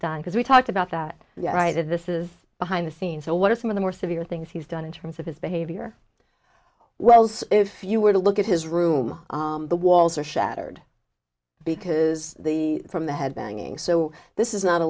done because we talked about that yeah right and this is behind the scenes what are some of the more severe things he's done in terms of his behavior well if you were to look at his room the walls are shattered because the from the head banging so this is not a